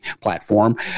platform